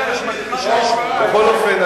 יש, רבותי,